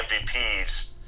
MVPs